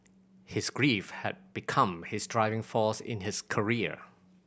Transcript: his grief had become his driving force in his career